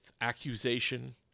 accusation